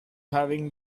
having